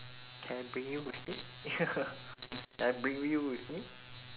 can I bring you with me can I bring you with me